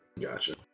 gotcha